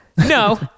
No